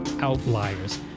outliers